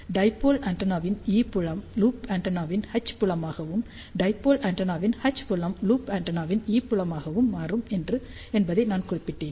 dipole ஆண்டெனாவின் E புலம் loop ஆண்டெனாவின் H புலமாகவும் டைபோல் ஆண்டெனாவின் H புலம் லூப் ஆண்டெனாவின் ஈ புலமாகவும் மாறும் என்பதை நான் குறிப்பிட்டேன்